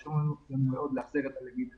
חשוב לנו מאוד להחזיר את הלמידה